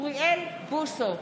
אוריאל בוסו,